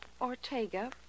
Ortega